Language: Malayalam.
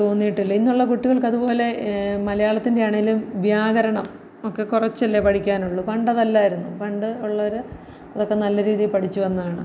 തോന്നിയിട്ടില്ല ഇന്നുള്ള കുട്ടികൾക്കതു പോലെ മലയാളത്തിൻ്റെയാണേലും വ്യാകരണം ഒക്കെ കുറച്ചല്ലേ പഠിക്കാനുള്ളു പണ്ട് അതല്ലായിരുന്നു പണ്ട് ഉള്ളവർ അതൊക്കെ നല്ല രീതിയിൽ പഠിച്ച് വന്നതാണ്